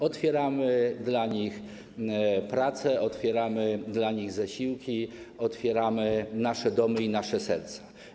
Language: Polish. Otwieramy dla nich rynek pracy, otwieramy dla nich zasiłki, otwieramy nasze domy i nasze serca.